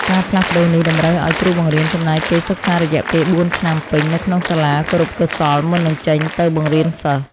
ការផ្លាស់ប្តូរនេះតម្រូវឱ្យគ្រូបង្រៀនចំណាយពេលសិក្សារយៈពេលបួនឆ្នាំពេញនៅក្នុងសាលាគរុកោសល្យមុននឹងចេញទៅបង្រៀនសិស្ស។